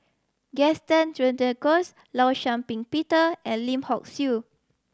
Gaston Dutronquoy Law Shau Ping Peter and Lim Hock Siew